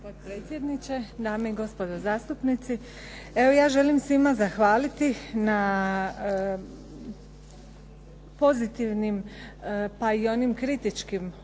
hvala.